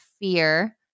fear